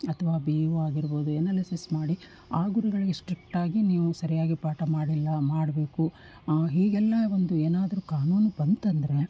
ಅಥ್ವಾ B E O ಆಗಿರ್ಬೋದು analysis ಮಾಡಿ ಆ ಗುರುಗಳಿಗೆ ಸ್ಟ್ರಿಕ್ಟಾಗಿ ನೀವು ಸರಿಯಾಗಿ ಪಾಠ ಮಾಡಿಲ್ಲ ಮಾಡಬೇಕು ಹೀಗೆಲ್ಲ ಒಂದು ಏನಾದರೂ ಕಾನೂನು ಬಂತಂದರೆ